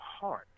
heart